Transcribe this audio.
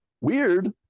weird